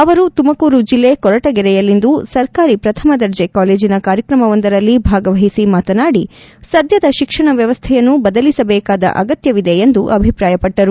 ಅವರು ತುಮಕೂರು ಜಲ್ಲೆ ಕೊರಟಗೆರೆಯಲ್ಲಿಂದು ಸರ್ಕಾರಿ ಪ್ರಥಮ ದರ್ಜೆ ಕಾಲೇಜನ ಕಾರ್ಯಕ್ರಮವೊಂದರಲ್ಲಿ ಭಾಗವಹಿಸಿ ಮಾತನಾಡಿ ಸದ್ದದ ಶಿಕ್ಷಣ ವ್ಯವಸ್ಥೆಯನ್ನು ಬದಲಿಸಬೇಕಾದ ಅಗತ್ತವಿದೆ ಎಂದು ಅಭಿಪ್ರಾಯಪಟ್ಟರು